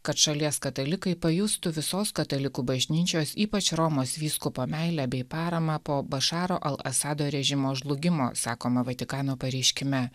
kad šalies katalikai pajustų visos katalikų bažnyčios ypač romos vyskupo meilę bei paramą po bašaro al asado režimo žlugimo sakoma vatikano pareiškime